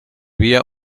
via